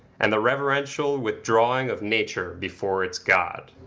and the reverential withdrawing of nature before its god.